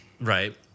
Right